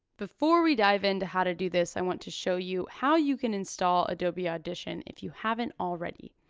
before we dive into how to do this i want to show you how you can install adobe audition if you haven't already.